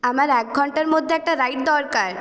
আমার এক ঘণ্টার মধ্যে একটা রাইড দরকার